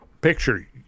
picture